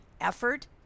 effort